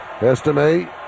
Estimate